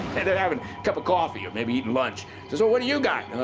they're having a cup of coffee or maybe eating lunch, says, oh, what do you got?